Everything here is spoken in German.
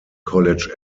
college